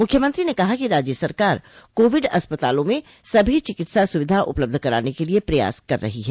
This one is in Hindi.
मुख्यमंत्री ने कहा कि राज्य सरकार कोविड अस्पतालों में सभी चिकित्सा सुविधा उपलब्ध कराने के लिए प्रयास कर रही है